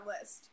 list